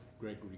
Gregory